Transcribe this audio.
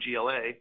GLA